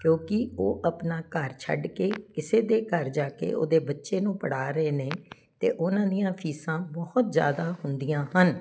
ਕਿਉਂਕਿ ਉਹ ਆਪਣਾ ਘਰ ਛੱਡ ਕੇ ਕਿਸੇ ਦੇ ਘਰ ਜਾ ਕੇ ਉਹਦੇ ਬੱਚੇ ਨੂੰ ਪੜ੍ਹਾ ਰਹੇ ਨੇ ਅਤੇ ਉਹਨਾਂ ਦੀਆਂ ਫੀਸਾਂ ਬਹੁਤ ਜ਼ਿਆਦਾ ਹੁੰਦੀਆਂ ਹਨ